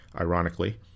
ironically